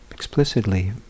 explicitly